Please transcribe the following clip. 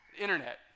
Internet